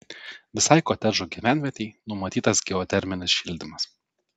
visai kotedžų gyvenvietei numatytas geoterminis šildymas